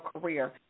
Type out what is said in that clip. career